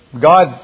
God